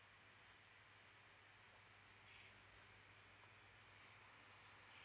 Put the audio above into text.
mm